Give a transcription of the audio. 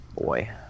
boy